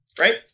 right